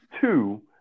Two